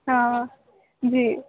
हा जी